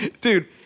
Dude